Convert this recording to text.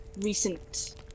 recent